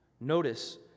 Notice